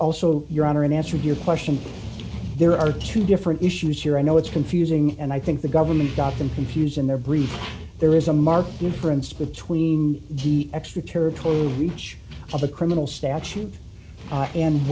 also your honor in answer your question there are two different issues here i know it's confusing and i think the government got them confused in their brief there is a marked difference between the extraterritorial breach of a criminal statute